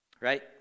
Right